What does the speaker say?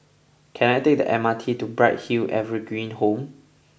can i take the M R T to Bright Hill Evergreen Home